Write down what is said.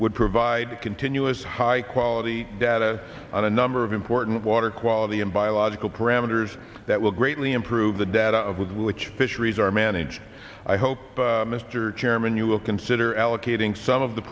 would provide continuous high quality data on a number of important water quality and biological parameters that will greatly improve the data with which fisheries are managed i hope mr chairman you will consider allocating some of the